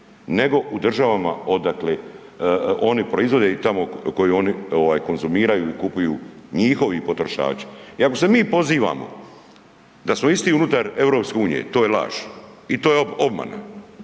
nego u državama odakle oni proizvode i tamo koji ovaj konzumiraju i kupuju njihovi potrošači. I ako se mi pozivamo da smo isti unutar EU to je laž i to je obmana,